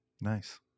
Nice